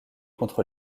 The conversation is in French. contre